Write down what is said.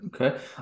okay